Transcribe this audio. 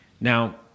Now